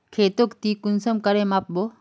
खेतोक ती कुंसम करे माप बो?